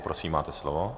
Prosím, máte slovo.